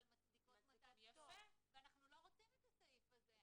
מצדיקות מתן פטור ואנחנו לא רוצים את הסעיף הזה,